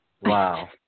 Wow